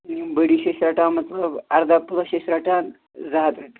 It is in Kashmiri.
بٔڑِس چھِ أسۍ رَٹان مطلب اردہ پلس چھِ أسۍ رَٹان زٕ ہتھ رۄپیہ